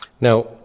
Now